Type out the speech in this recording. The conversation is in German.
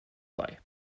bei